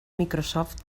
microsoft